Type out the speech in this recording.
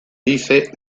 dice